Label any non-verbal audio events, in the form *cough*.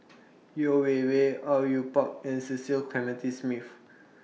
*noise* Yeo Wei Wei Au Yue Pak and Cecil Clementi Smith